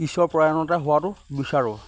ঈশ্বৰ পৰায়ণতা হোৱাটো বিচাৰোঁ